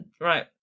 Right